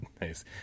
Nice